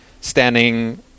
standing